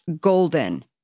golden